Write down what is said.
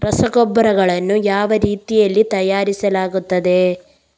ರಸಗೊಬ್ಬರಗಳನ್ನು ಯಾವ ರೀತಿಯಲ್ಲಿ ತಯಾರಿಸಲಾಗುತ್ತದೆ?